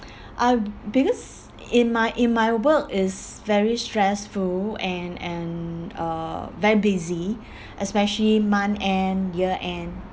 I because in my in my work is very stressful and and uh very busy especially month end year end